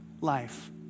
life